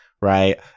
right